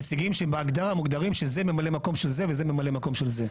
נציגים שהם בהגדרה מוגדרים שזה ממלא מקום של זה וזה ממלא מקום של זה.